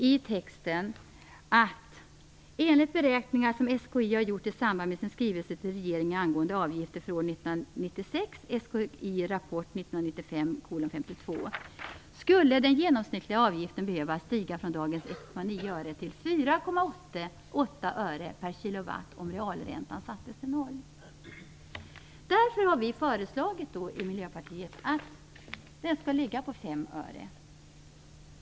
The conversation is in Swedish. I betänkandet framhålls bl.a. följande: "Enligt beräkningar som SKI har gjort i samband med sin skrivelse till regeringen angående avgifter för år 1996 skulle den genomsnittliga avgiften behöva stiga från dagens 1,9 öre till Vi i Miljöpartiet har mot denna bakgrund föreslagit att den här avgiften skall uppgå till 5 öre.